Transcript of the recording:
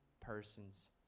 person's